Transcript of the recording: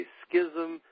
schism